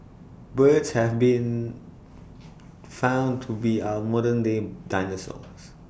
birds have been found to be our modern day dinosaurs